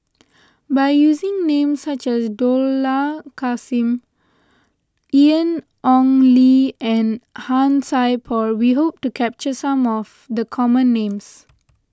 by using names such as Dollah Kassim Ian Ong Li and Han Sai Por we hope to capture some of the common names